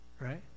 Right